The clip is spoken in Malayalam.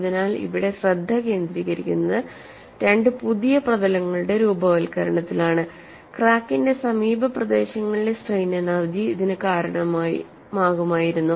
അതിനാൽ ഇവിടെ ശ്രദ്ധ കേന്ദ്രീകരിക്കുന്നത് രണ്ട് പുതിയ പ്രതലങ്ങളുടെ രൂപവത്കരണത്തിലാണ് ക്രാക്കിന്റെ സമീപപ്രദേശങ്ങളിലെ സ്ട്രെയിൻ എനെർജി ഇതിന് കാരണമാകുമായിരുന്നു